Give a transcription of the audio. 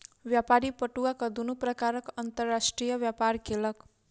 व्यापारी पटुआक दुनू प्रकारक अंतर्राष्ट्रीय व्यापार केलक